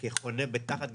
כחונה תחת גזרתכם,